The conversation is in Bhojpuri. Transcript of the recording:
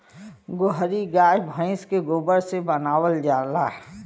गोहरी गाय भइस के गोबर से बनावल जाला